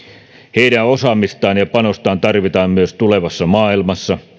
heidän osaamistaan ja panostaan tarvitaan myös tulevassa maailmassa